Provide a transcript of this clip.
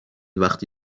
وقتی